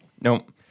Nope